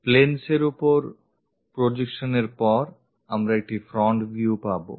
প্লেনসের ওপর প্রজেকশনের পর আমরা একটি ফ্রন্ট ভিউপাবো